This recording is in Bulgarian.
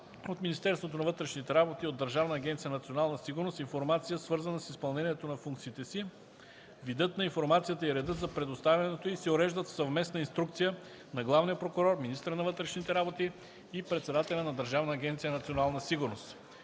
от Министерството на вътрешните работи и от Държавна агенция „Национална сигурност” информация, свързана с изпълнението на функциите си; видът на информацията и редът за предоставянето й се уреждат в съвместна инструкция на главния прокурор, министъра на вътрешните работи и председателя на Държавна агенция „Национална сигурност”.”